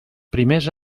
primers